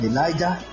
Elijah